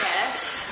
Yes